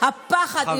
הפחד,